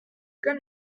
comme